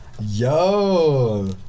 Yo